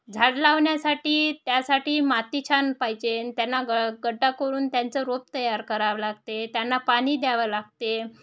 झाड लावण्यासाठी त्यासाठी माती छान पाहिजे त्यांना ग गड्डा करून त्यांचं रोप तयार करावं लागते त्यांना पाणी द्यावं लागते